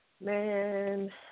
Man